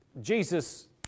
Jesus